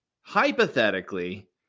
hypothetically